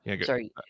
Sorry